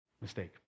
mistake